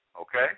Okay